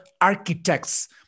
architects